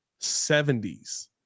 70s